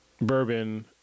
bourbon